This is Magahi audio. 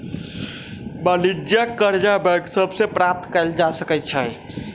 वाणिज्यिक करजा बैंक सभ से प्राप्त कएल जा सकै छइ